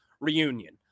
reunion